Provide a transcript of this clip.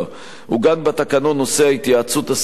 עוגן בתקנון נושא ההתייעצות הסיעתית,